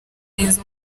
neza